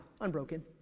Unbroken